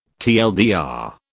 TLDR